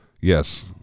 yes